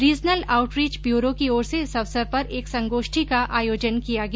regional outreach bureau की ओर से इस अवसर पर एक संगोष्ठी का आयोजन किया गया